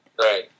Right